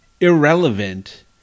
irrelevant